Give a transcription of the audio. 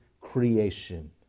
creation